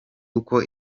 uko